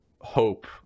hope